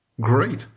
great